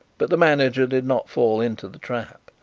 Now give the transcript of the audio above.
but the manager did not fall into the trap.